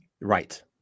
right